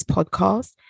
Podcast